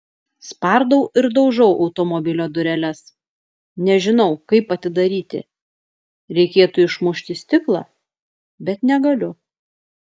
spardau ir daužau automobilio dureles nežinau kaip atidaryti reikėtų išmušti stiklą bet negaliu